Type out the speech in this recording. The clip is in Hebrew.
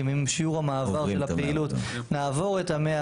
בשיעור המעבר של הפעילות נעבור את ה-100,